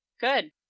Good